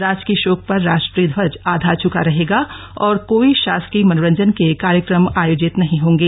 राजकीय शोक पर राष्ट्रीय ध्वज आधा झुका रहेगा और कोई शासकीय मनोरंजन के कार्यक्रम आयोजित नहीं होंगे